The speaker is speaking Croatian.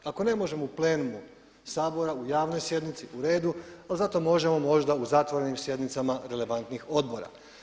Ako ne možemo u plenumu Sabora, u javnoj sjednici u redu, ali zato možemo možda u zatvorenim sjednicama relevantnih odbora.